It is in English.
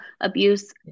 abuse